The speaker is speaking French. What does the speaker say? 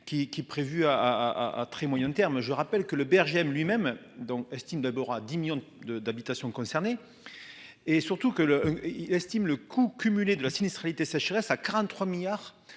qui est prévu à à très moyen terme, je rappelle que le BRGM lui-même donc estime d'abord à 10 millions de d'habitation concernée. Et surtout que le il estime le coût cumulé de la sinistralité sécheresse à 43 milliards